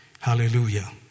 Hallelujah